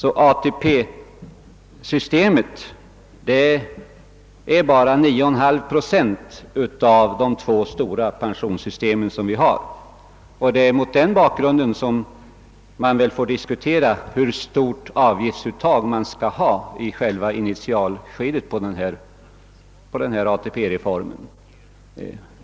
Endast 9,5 procent av de båda pensionssystemen utgöres sålunda av ATP-pensioner. Det är mot den bakgrunden vi bör diskutera hur stort avgiftsuttaget skall vara i initialskedet.